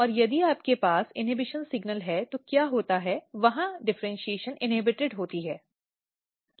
और यदि आपके पास इन्हबिशन सिग्नल है तो क्या होता है वहां डिफ़र्इन्शीएशन इन्हेबिटेड होती है